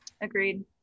agreed